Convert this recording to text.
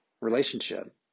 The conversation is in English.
relationship